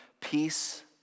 peace